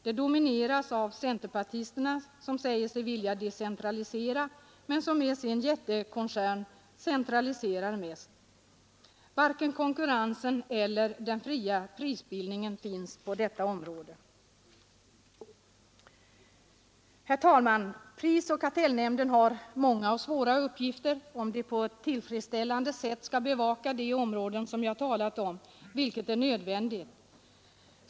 Det domineras av centerpartisterna, som säger sig vilja decentralisera men som med sin jättekoncern centraliserar mest. Varken konkurrensen eller den fria prisbildningen finns på detta område. Herr talman! Prisoch kartellnämnden har många och svåra uppgifter om den på ett tillfredsställande sätt skall bevaka de områden jag talat om, vilket är nödvändigt.